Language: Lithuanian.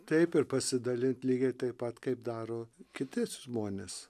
taip ir pasidalint lygiai taip pat kaip daro kiti žmonės